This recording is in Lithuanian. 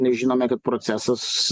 žinome kad procesas